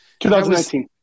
2019